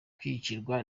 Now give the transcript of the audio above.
kwicirwa